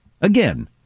Again